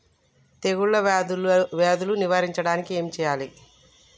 తెగుళ్ళ వ్యాధులు నివారించడానికి ఏం చేయాలి?